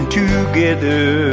together